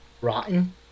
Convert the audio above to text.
Rotten